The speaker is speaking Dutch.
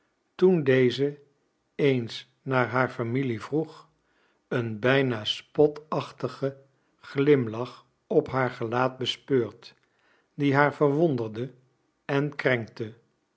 toen deze eens naar haar familie vroeg een bijna spotachtigen glimlach op haar gelaat bespeurd die haar verwonderde en krenkte